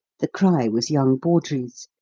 the cry was young bawdrey's.